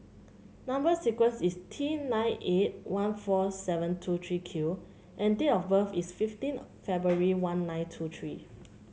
number sequence is T nine eight one four seven two three Q and date of birth is fifteen February one nine two three